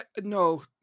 No